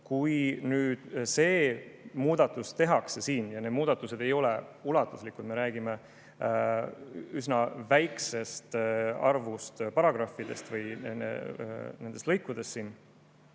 Kui nüüd need muudatused tehakse – ja need muudatused ei ole ulatuslikud, me räägime üsna väikesest arvust paragrahvidest või lõikudest –,